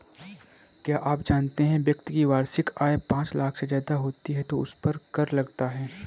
क्या आप जानते है व्यक्ति की वार्षिक आय पांच लाख से ज़्यादा होती है तो उसपर कर लगता है?